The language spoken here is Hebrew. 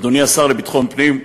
אדוני השר לביטחון הפנים,